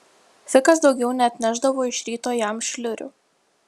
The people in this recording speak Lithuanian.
fikas daugiau neatnešdavo iš ryto jam šliurių